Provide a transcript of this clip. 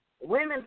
women